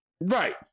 Right